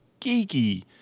geeky